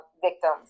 victims